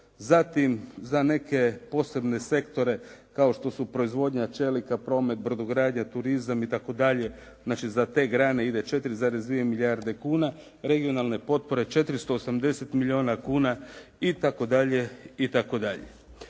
zatim za neke posebne sektore kao što su proizvodnja čelika, promet, brodogradnja, turizam itd., znači za te grane ide 4,2 milijarde kuna, regionalne potrebe 480 milijuna kuna itd.,